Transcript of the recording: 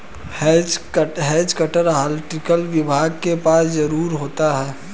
has cutter horticulture विभाग के पास जरूर होता है